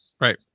Right